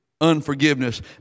unforgiveness